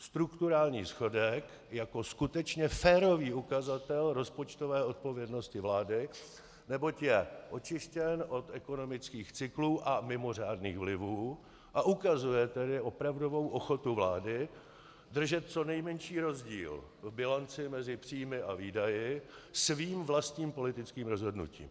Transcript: Strukturální schodek jako skutečně férový ukazatel rozpočtové odpovědnosti vlády, neboť je očištěn od ekonomických cyklů a mimořádných vlivů, a ukazuje tedy opravdovou ochotu vlády držet co nejmenší rozdíl v bilanci mezi příjmy a výdaji svým vlastním politickým rozhodnutím.